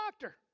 doctor